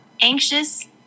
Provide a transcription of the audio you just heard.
anxious